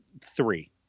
three